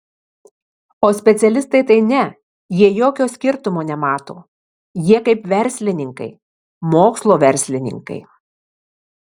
o specialistai tai ne jie jokio skirtumo nemato jie kaip verslininkai mokslo verslininkai